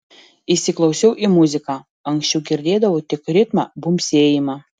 įsiklausiau į muziką anksčiau girdėdavau tik ritmą bumbsėjimą